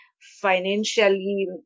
Financially